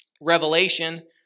Revelation